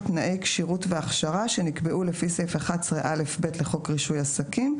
תנאי כשירות והכשרה שנקבעו לפי סעיף 11א(ב) לחוק רישוי עסקים,